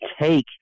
take